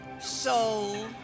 soul